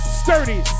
sturdy